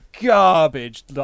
garbage